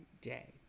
day